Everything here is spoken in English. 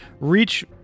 Reach